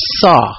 saw